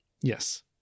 Yes